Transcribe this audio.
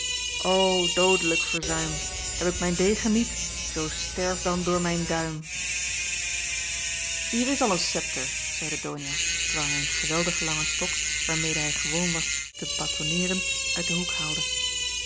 doodelijk verzuim heb ik mijn degen niet zoo sterf dan door mijn duim hier is al een septer zeide donia terwijl hij een geweldig langen stok waarmede hij gewoon was te batonneeren uit den hoek haalde